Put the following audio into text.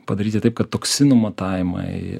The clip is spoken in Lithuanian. padaryti taip kad toksinų matavimai